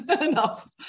enough